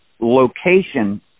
location